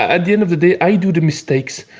at the end of the day, i do the mistakes.